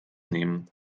nehmen